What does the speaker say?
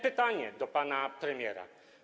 Pytanie do pana premiera.